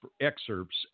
excerpts